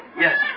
Yes